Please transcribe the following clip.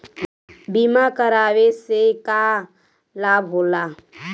बीमा करावे से का लाभ होला?